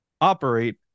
operate